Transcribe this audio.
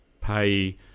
pay